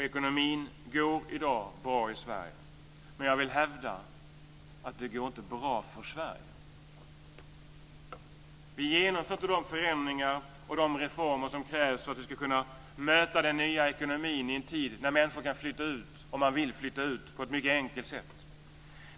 Ekonomin går i dag bra i Sverige, men jag vill hävda att det inte går bra för Sverige. Vi genomför inte de förändringar och de reformer som krävs för att vi ska kunna möta den nya ekonomin i en tid när människor på ett mycket enkelt sätt kan flytta ut, om man vill flytta ut.